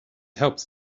helps